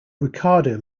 riccardo